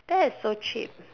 that is so cheap